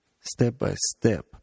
step-by-step